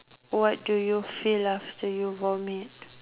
what do you feel after you vomit